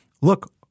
look